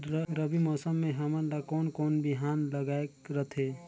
रबी मौसम मे हमन ला कोन कोन बिहान लगायेक रथे?